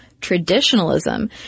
traditionalism